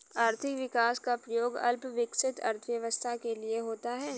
आर्थिक विकास का प्रयोग अल्प विकसित अर्थव्यवस्था के लिए होता है